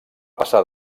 passar